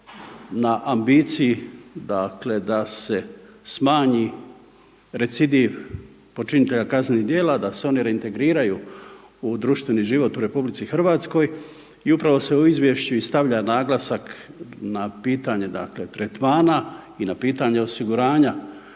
na ambiciji dakle da se smanji recidiv počinitelja kaznenih djela da se oni reintegriraju u društveni život u RH. I upravo se u izvješću i stavlja naglasak na pitanje dakle tretmana i na pitanje osiguranja